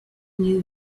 new